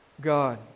God